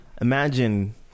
Imagine